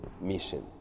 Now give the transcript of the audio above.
mission